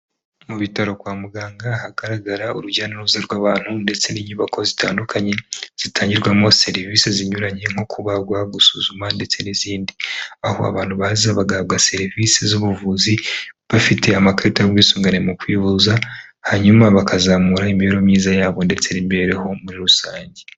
Mu bitaro kwa muganga hagaragara urujya n'uruza rw'abantu ndetse n'inyubako zitandukanye, zitangirwamo serivisi zinyuranye nko kubagwa, gusuzuma ndetse n'izindi. Aho abantu baza bagahabwa serivisi z'ubuvuzi bafite amakarita y'ubwisungane mu kwivuza, hanyuma bakazamura imibereho myiza yabo ndetse n'imibereho muri rusange.